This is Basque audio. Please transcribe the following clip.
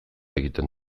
egiten